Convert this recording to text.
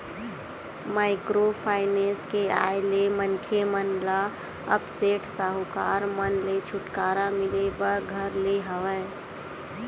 micro finance के आय ले मनखे मन ल अब सेठ साहूकार मन ले छूटकारा मिले बर धर ले हवय